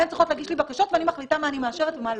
הן צריכות להגיש לי בקשות ואני מחליטה מה אני מאשרת ומה לא.